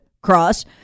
cross